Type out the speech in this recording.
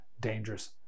dangerous